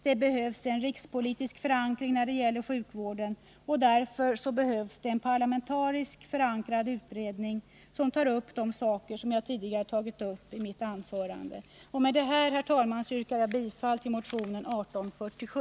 Det behövs en rikspolitisk förankring när det gäller sjukvården, och därför behövs det en parlamentariskt förankrad utredning, som tar upp de saker som jag tidigare behandlat i detta anförande. Med det anförda, herr talman, yrkar jag bifall till motionen 1847.